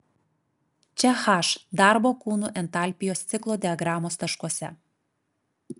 čia h darbo kūnų entalpijos ciklo diagramos taškuose